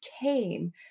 came